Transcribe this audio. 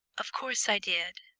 of course i did,